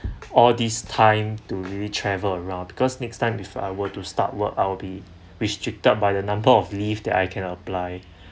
all this time to really travel around because next time if I were to start work I'll be restricted by the number of leave that I can apply